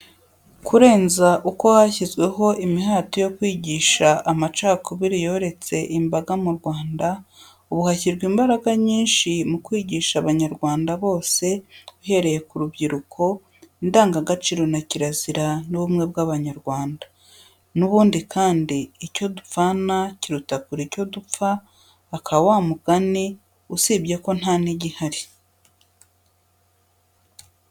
Kurenza uko hashyizweho imihati yo kwigisha amacakubiri yoretse imbaga mu Rwanda, ubu hashyirwa imbaraga nyinshi mu kwigisha abanyarwanda bose, uhereye ku rubyiruko indangagaciro na kirazira n'ubumwe bw'abanyarwanda; n'ubundi kandi icyo dupfana kiruta kure icyo dupfa aka wa mugani, usibye ko nta n'igihari.